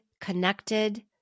connected